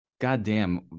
goddamn